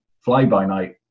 fly-by-night